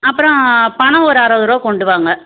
அப்புறம் பணம் ஒரு அறுபதுருவா கொண்டுவாங்க